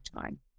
time